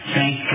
Thank